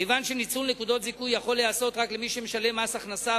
כיוון שניצול נקודות זיכוי יכול להיעשות רק למי שמשלם מס הכנסה,